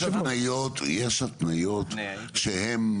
יש התניות שהן,